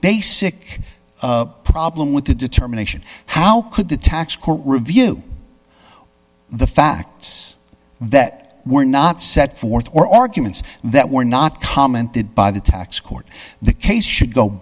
basic problem with the determination how could the tax court review the facts that were not set forth or arguments that were not commented by the tax court the case should go